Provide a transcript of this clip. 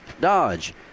Dodge